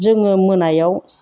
जोङो मोनायाव